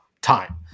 time